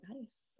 nice